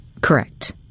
Correct